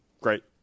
Great